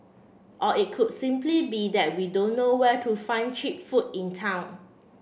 or it could simply be that we don't know where to find cheap food in town